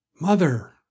Mother